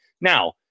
Now